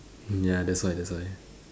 ya that's why that's why